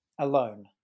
alone